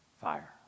fire